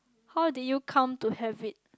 how did you come to have it